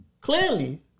Clearly